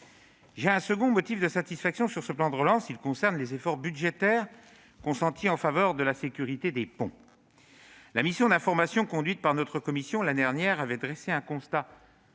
J'ai un second motif de satisfaction sur ce plan de relance concernant les efforts budgétaires consentis en faveur de la sécurité des ponts. La mission d'information conduite par notre commission l'année dernière avait dressé un constat